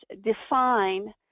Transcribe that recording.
define